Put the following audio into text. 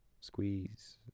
Squeeze